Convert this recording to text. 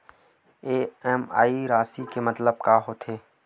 EMI राशि के मतलब का होथे?